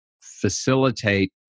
facilitate